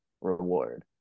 reward